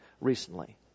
recently